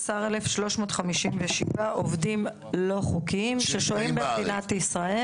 ו-14,357 עובדים לא חוקיים ששוהים במדינת ישראל.